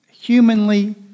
humanly